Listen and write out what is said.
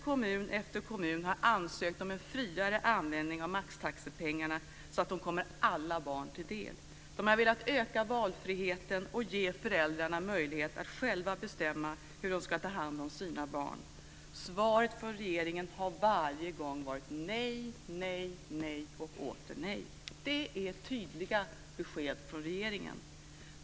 Kommun efter kommun har ansökt om en friare användning av maxtaxepengarna så att de kommer alla barn till del. De har velat öka valfriheten och ge föräldrarna möjlighet att själva bestämma hur de ska ta hand om sina barn. Svaret från regeringen har varje gång varit nej, nej och åter nej. Det är tydliga besked från regeringen.